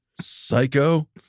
Psycho